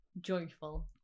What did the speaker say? joyful